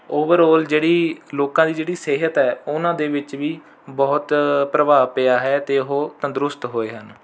overall ਜਿਹੜੀ ਲੋਕਾਂ ਦੀ ਜਿਹੜੀ ਸਿਹਤ ਹੈ ਉਹਨਾਂ ਦੇ ਵਿੱਚ ਵੀ ਬਹੁਤ ਪ੍ਰਭਾਵ ਪਿਆ ਹੈ ਅਤੇ ਉਹ ਤੰਦਰੁਸਤ ਹੋਏ ਹਨ